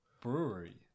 Brewery